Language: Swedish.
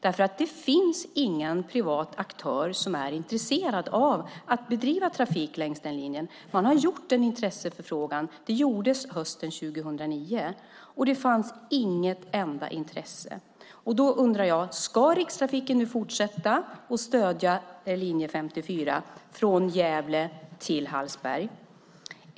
Det finns ingen privat aktör som är intresserad av att bedriva trafik längs den linjen. Man har gjort en intresseförfrågan. Det gjordes hösten 2009, och det fanns inte något intresse. Då undrar jag: Ska Rikstrafiken nu fortsätta att stödja linje 54 från Gävle till Hallsberg?